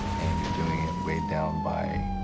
and you're doing it weighed down by,